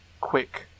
quick